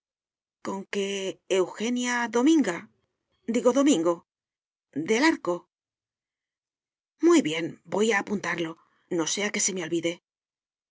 porteras conque eugenia dominga digo domingo del arco muy bien voy a apuntarlo no sea que se me olvide